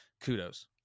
kudos